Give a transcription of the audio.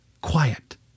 quiet